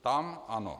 Tam ano.